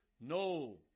no